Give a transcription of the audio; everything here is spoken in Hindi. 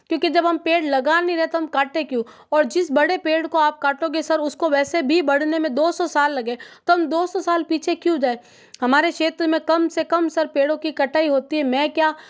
क्योंकि जब हम पेड़ लगा नहीं रहे तो हम काटें क्यों और जिस बड़े पेड़ को आप काटोगे सर उसको वैसे भी बढ़ने में दो सौ साल लगे हैं तो हम दो सौ साल पीछे क्यों जाए हमारे क्षेत्र में कम से कम सर पेड़ों की कटाई होती है मैं क्या